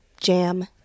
jam